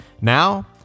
Now